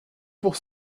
pour